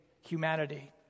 humanity